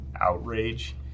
outrage